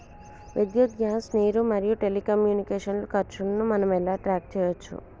విద్యుత్ గ్యాస్ నీరు మరియు టెలికమ్యూనికేషన్ల ఖర్చులను మనం ఎలా ట్రాక్ చేయచ్చు?